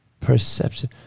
perception